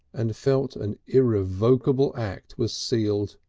and felt an irrevocable act was sealed.